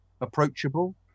approachable